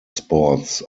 sports